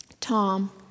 Tom